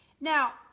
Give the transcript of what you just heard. Now